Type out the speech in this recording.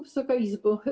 Wysoka Izbo!